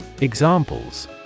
Examples